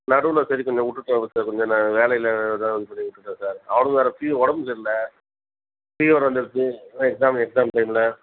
நடுவில் சரி கொஞ்சம் விட்டுட்டேன் சார் கொஞ்சம் நான் வேலையில் இதாக சொல்லி விட்டுட்டேன் சார் அவனுக்கும் வேறு ஃபீவர் உடம்பு சரியில்லை ஃபீவர் வந்துடுச்சு எக்ஸாம் எக்ஸாம் டைம்ல்ல